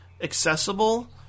accessible